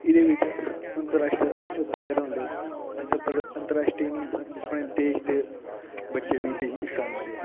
एह्दे बिच अंतराश्ट्रीय प्लेयर होंदे अंतराश्ट्रीय निं अपने देश दे बच्चे बी हिस्सा लैंदे